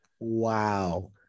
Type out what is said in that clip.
wow